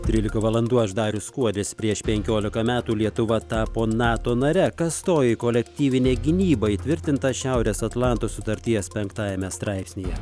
trylika valandų aš darius kuodis prieš penkiolika metų lietuva tapo nato nare kas toji kolektyvinė gynyba įtvirtinta šiaurės atlanto sutarties penktajame straipsnyje